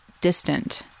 distant